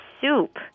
soup